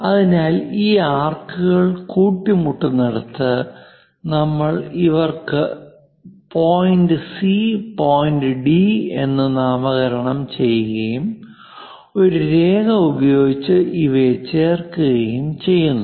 അതിനാൽ ഈ ആർക്കുകൾ കൂട്ടി മുട്ടുന്നിടത്ത് നമ്മൾ ഇവക്കു പോയിൻറ് സി പോയിൻറ് ഡി എന്ന് നാമകരണം ചെയ്യുകയും ഒരു രേഖ ഉപയോഗിച്ച് ഇവയെ ചേർക്കുകയും ചെയ്യുന്നു